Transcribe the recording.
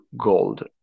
gold